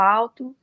alto